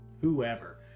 whoever